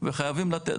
וחייבים לתת